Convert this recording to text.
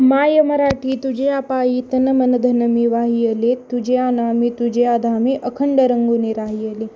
माय मराठी तुझिया पायी तनमनधन मी वाहियले तुझिया नामी तुझिया धामी अखंड रंगुनि राहियले